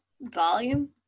Volume